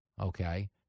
okay